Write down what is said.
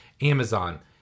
Amazon